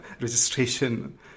registration